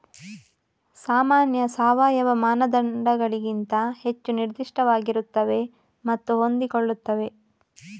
ಸಾಮಾನ್ಯ ಸಾವಯವ ಮಾನದಂಡಗಳಿಗಿಂತ ಹೆಚ್ಚು ನಿರ್ದಿಷ್ಟವಾಗಿರುತ್ತವೆ ಮತ್ತು ಹೊಂದಿಕೊಳ್ಳುತ್ತವೆ